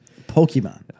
Pokemon